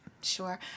sure